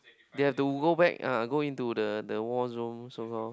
they have to go back ah go into the the war zone so call